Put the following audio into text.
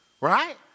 Right